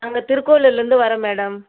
நாங்கள் திருக்கோவிலூரில் இருந்து வரோம் மேடம்